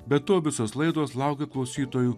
be to visos laidos laukia klausytojų